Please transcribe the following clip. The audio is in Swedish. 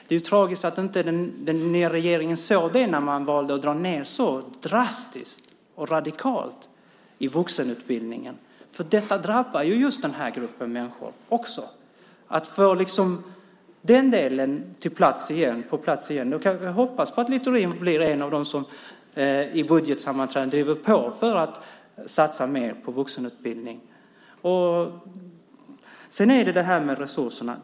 Det är ju tragiskt att den nya regeringen inte såg det när man valde att dra ned så drastiskt och radikalt i vuxenutbildningen, för detta drabbar ju just den här gruppen människor också. Det gäller att få den delen på plats igen. Vi kan hoppas på att Littorin blir en av dem som i budgetsammanträdena driver på för att satsa mer på vuxenutbildning. Sedan är det detta med resurserna.